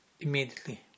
immediately